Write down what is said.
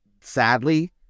sadly